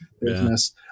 business